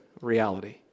reality